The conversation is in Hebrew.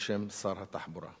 בשם שר התחבורה.